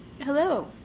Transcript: Hello